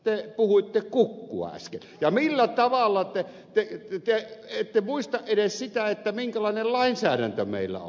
te puhuitte kukkua äsken ja te ette muista edes sitä minkälainen lainsäädäntö meillä on